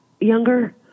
younger